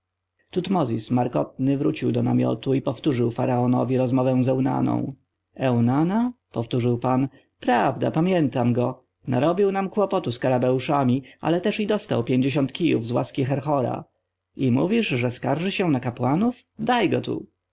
tutmozis markotny wrócił do namiotu i powtórzył faraonowi rozmowę z eunaną eunana powtórzył pan prawda pamiętam go narobił nam kłopotu skarabeuszami ale też i dostał pięćdziesiąt kijów z łaski herhora i mówisz że skarży się na kapłanów daj go tu